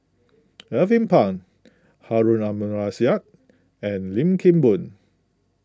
Alvin Pang Harun Aminurrashid and Lim Kim Boon